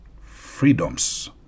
freedoms